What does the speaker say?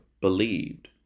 believed